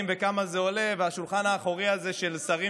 וכמה זה עולה והשולחן האחורי הזה של שרים,